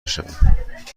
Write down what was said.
بشوم